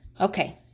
Okay